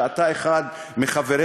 שאתה אחד מחבריה,